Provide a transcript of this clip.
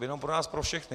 Jenom pro nás pro všechny.